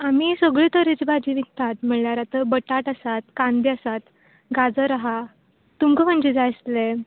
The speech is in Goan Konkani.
आमी सगळे तरेच्यो भाजी विकतात म्हळ्यार आतां बटाट आसात कांदे आसात गाजर आहा तुमका खंयचे जाय आसले